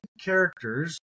characters